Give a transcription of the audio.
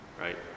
right